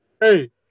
Hey